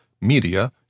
Media